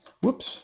Whoops